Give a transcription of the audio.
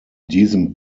diesem